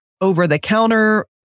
over-the-counter